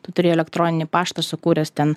tu turi elektroninį paštą sukūręs ten